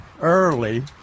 early